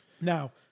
now